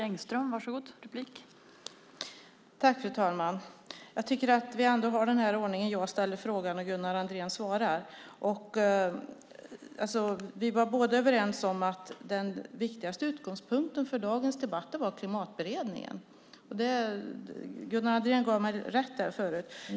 Fru talman! Jag tycker att vi håller oss till ordningen att jag ställer frågan och Gunnar Andrén svarar. Vi var båda överens om att den viktigaste utgångspunkten för dagens debatt var Klimatberedningen. Gunnar Andrén gav mig rätt i det förut.